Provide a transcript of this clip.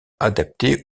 adaptée